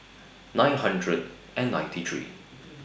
nine hundred and ninety three